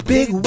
Big